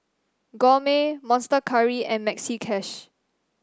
Gourmet Monster Curry and Maxi Cash